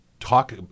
talk